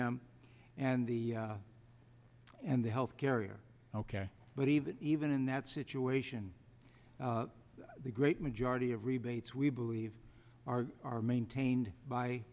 v m and the and the health carrier ok but even even in that situation the great majority of rebates we believe are are maintained by